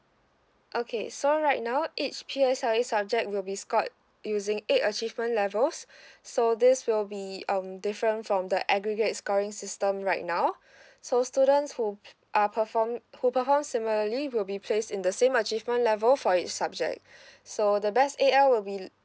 okay so right now each P_S_L_E subject will be scored using eight achievement levels so this will be um different from the aggregate scoring system right now so students who p~ are perform who perform similarly will be placed in the same achievement level for each subject so the best A_L will be